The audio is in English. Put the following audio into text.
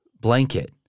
blanket